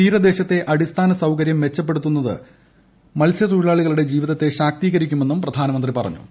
തീരദേശത്തെ അടിസ്ഥാന സൌകര്യം മെച്ചപ്പെടുന്ന്ത് മത്സ്യത്തൊഴിലാളികളുടെ ജീവിതത്തെ ശാക്തീകരിക്കുമെന്നും പ്രധാനമന്ത്രി പറഞ്ഞു